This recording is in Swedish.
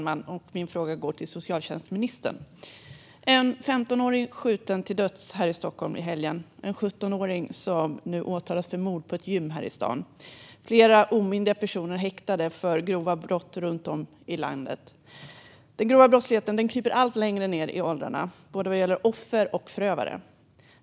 Herr talman! Min fråga går till socialtjänstministern. En 15-åring blev skjuten till döds här i Stockholm i helgen. En 17-åring åtalas nu för mord på ett gym här i stan. Flera omyndiga personer är häktade för grova brott runt om i landet. Den grova brottsligheten kryper allt längre ned i åldrarna, vad gäller både offer och förövare.